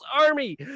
Army